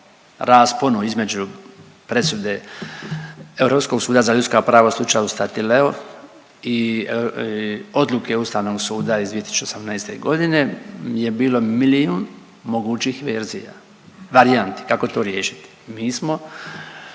rasponu između presude Europskog suda za ljudska prava u slučaju Statileo i odluke Ustavnog suda iz 2018. godine je bilo milijun mogućih verzija, varijanti kako to riješiti. Mi smo